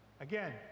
Again